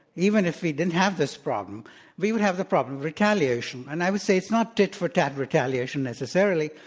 even if we didn't have this problem we would have the problem of retaliation. and i would say it's not tit for tat retaliation necessarily.